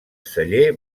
celler